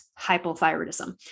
hypothyroidism